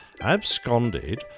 absconded